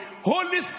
holy